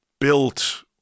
built